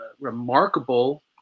remarkable